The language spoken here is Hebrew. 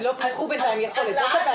לא פיתחו בינתיים יכולת, זאת הבעיה.